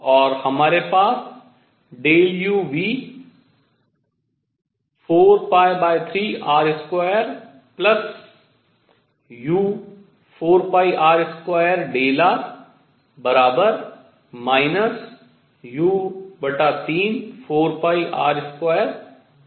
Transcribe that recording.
और हमारे पास u V 43r3u4r2r u34r2r है